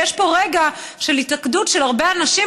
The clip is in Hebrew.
ויש פה רגע של התלכדות של הרבה אנשים,